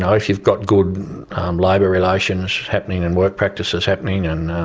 and if you've got good labour relations happening, and work practices happening, and